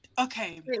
okay